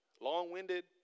long-winded